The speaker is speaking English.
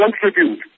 contribute